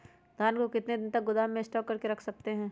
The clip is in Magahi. धान को कितने दिन को गोदाम में स्टॉक करके रख सकते हैँ?